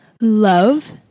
Love